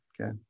okay